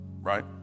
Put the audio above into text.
right